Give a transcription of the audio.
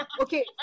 Okay